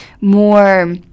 more